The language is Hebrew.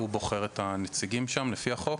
הוא בוחר את הנציגים שם ולפי החוק